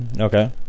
Okay